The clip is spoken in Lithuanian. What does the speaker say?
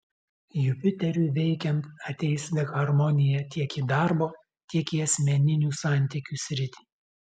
jupiteriui veikiant ateis harmonija tiek į darbo tiek į asmeninių santykių sritį